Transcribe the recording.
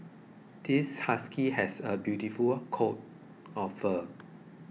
this husky has a beautiful coat of fur